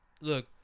Look